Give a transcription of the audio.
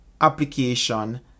application